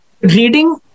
reading